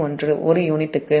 921 ஒரு யூனிட்டுக்கு j0